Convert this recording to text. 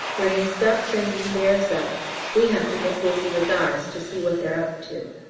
when they stop sending theirs up we have to get busy with ours to see what they're up to.